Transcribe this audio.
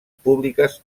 públiques